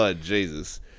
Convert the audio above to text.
Jesus